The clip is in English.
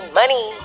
money